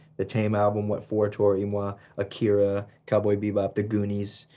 the tame album, what for, toro y moi, akira, cowboy bebop, the goonies.